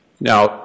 Now